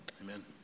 Amen